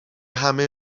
همه